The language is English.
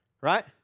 right